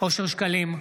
אושר שקלים,